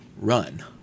Run